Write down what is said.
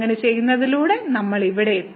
അങ്ങനെ ചെയ്യുന്നതിലൂടെ നമ്മൾ ഇവിടെ എത്തി